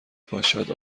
پاشد